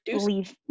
leave